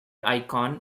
icon